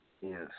Yes